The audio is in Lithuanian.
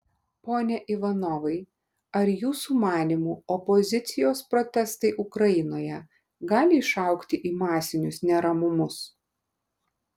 pone ivanovai ar jūsų manymu opozicijos protestai ukrainoje gali išaugti į masinius neramumus